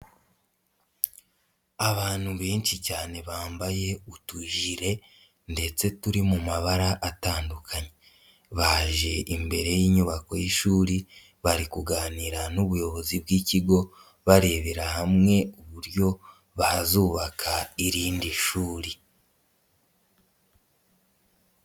Abantu benshi cyane bambaye utujire ndetse turi mu mabara atandukanye, baje imbere y'inyubako y'ishuri bari kuganira n'ubuyobozi bw'ikigo barebera hamwe uburyo bazubaka irindi shuri.